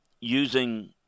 using